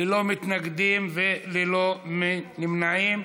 ללא מתנגדים וללא נמנעים.